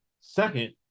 Second